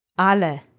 Ale